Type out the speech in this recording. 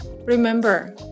Remember